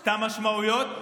את המשמעויות.